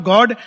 God